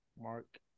Mark